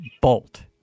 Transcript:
Bolt